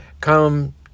Come